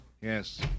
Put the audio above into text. Yes